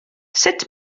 sut